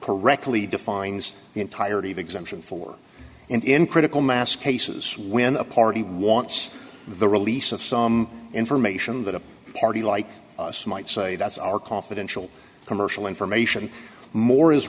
correctly defines the entirety of exemption for in critical mass cases when a party wants the release of some information that a party like us might say that's are confidential commercial information more is